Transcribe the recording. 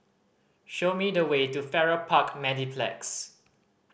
show me the way to Farrer Park Mediplex